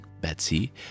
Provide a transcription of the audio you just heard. Betsy